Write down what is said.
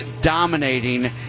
Dominating